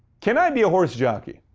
can i be a horse jockey?